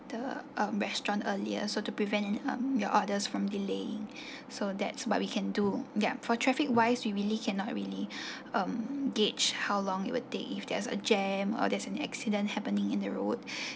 the um restaurant earlier so to prevent and um your orders from delaying so that's what we can do ya for traffic wise we really cannot really um gauge how long it will take if there's a jam or there's an accident happening in the road